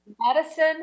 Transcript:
medicine